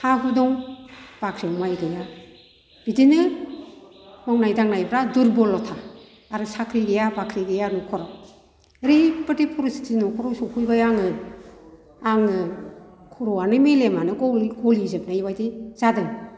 हा हु दं बाख्रियाव माइ गैया बिदिनो मावनाय दांनायफ्रा दुरबल'था आरो साख्रि गैया बाख्रि गैया नख'राव ओरैबायदि परिसथिथि नख'राव सफैबाय आङो आङो खर'आनो मेलेमानो गलिजोबनाय बायदि जादों